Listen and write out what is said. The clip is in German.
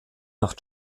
nach